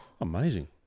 Amazing